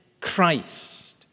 Christ